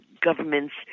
governments